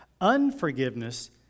Unforgiveness